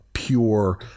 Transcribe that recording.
Pure